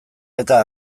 eta